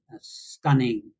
stunning